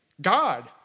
God